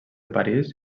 parís